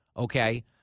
Okay